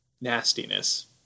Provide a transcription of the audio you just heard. nastiness